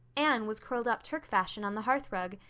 anne was curled up turk-fashion on the hearthrug,